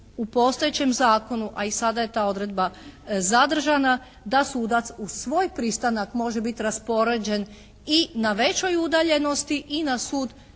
u postojećem zakonu, a i sada je ta odredba zadržana da sudac uz svoj pristanak može biti raspoređen i na većoj udaljenosti i na sud